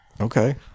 okay